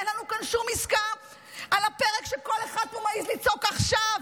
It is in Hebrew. אין לנו כאן שום עסקה על הפרק כשכל אחד פה מעז לצעוק "עכשיו",